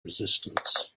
resistance